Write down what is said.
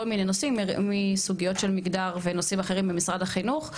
מיני נושאים מסוגיות של מגדר ונושאים אחרים במשרד החינוך,